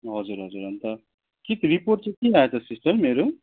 हजुर हजुर अन्त के रिर्पोट चाहिँ के आएछ सिस्टर मेरो